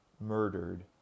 murdered